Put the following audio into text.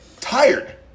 Tired